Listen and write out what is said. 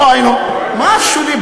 לא היינו, זה שולי.